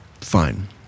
fine